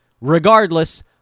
regardless